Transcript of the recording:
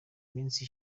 minsi